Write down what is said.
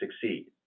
succeed